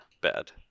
bad